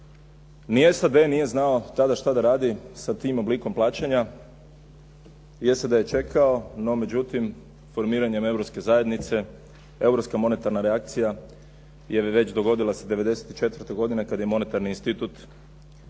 Ni SAD nije znao tada što da radi sa tim oblikom plaćanja, jeste da je čekao, no međutim formiranjem Europske zajednice, europska monetarna reakcija je već dogodila se '94. godine kad je Monetarni institut uveo